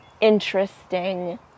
interesting